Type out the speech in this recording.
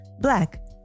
black